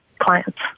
clients